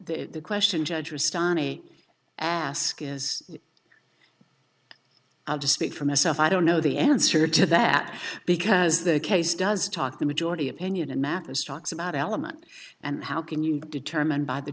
the question judge astronomy ask is i'll just speak for myself i don't know the answer to that because the case does talk the majority opinion in math as talks about element and how can you determine by the